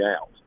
out